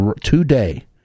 today